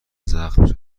زخم